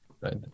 right